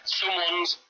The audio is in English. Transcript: someone's